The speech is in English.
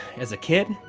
as a kid,